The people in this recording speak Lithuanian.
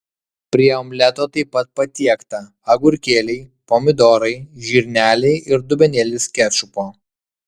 prie omleto taip pat patiekta agurkėliai pomidorai žirneliai ir dubenėlis kečupo